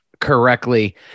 correctly